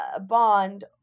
bond